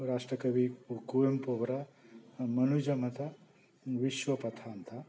ರಾಷ್ಟ್ರಕವಿ ಪು ಕುವೆಂಪು ಅವರ ಮನುಜ ಮತ ವಿಶ್ವ ಪಥ ಅಂತ